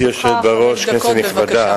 גברתי היושבת בראש, כנסת נכבדה,